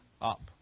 up